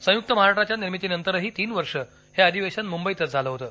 संयुक्त महाराष्ट्राच्या निर्मीतीनंतरही तीन वर्षं हे अधिवेशन मुंबईतच झालं होतं